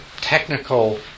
technical